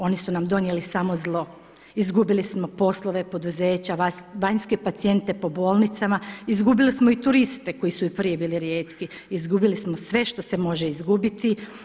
Oni su nam donijeli samo zlo, izgubili smo poslove, poduzeća, vanjske pacijente po bolnicama, izgubili smo i turiste koji su i prije bili rijetki, izgubili smo sve što se može izgubiti.